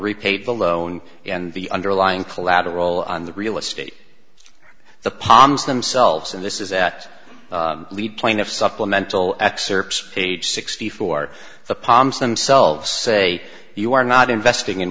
repaid the loan and the underlying collateral on the real estate the palms themselves and this is that lead plaintiff supplemental excerpts page sixty four the palms themselves say you are not investing in